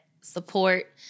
support